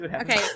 okay